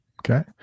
Okay